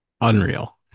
Unreal